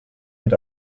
mit